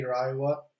Iowa